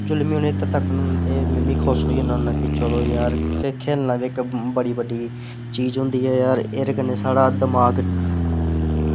जेल्लै में उ'नें ई तक्कना होन्ना में खुश होई जन्ना होन्ना ते चलो यार खेढना ते बड़ी बड्डी चीज़ होंदी ऐ यार एह्दे कन्नै साढ़ा दमाग